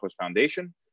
Foundation